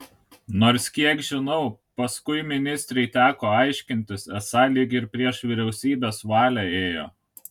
nors kiek žinau paskui ministrei teko aiškintis esą lyg ir prieš vyriausybės valią ėjo